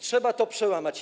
Trzeba to przełamać.